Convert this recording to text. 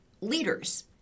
leaders